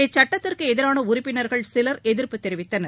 இச்சட்டத்திற்குஎதிரானஉறுப்பினர்கள் சிலர் எதிர்ப்பு தெரிவித்தனர்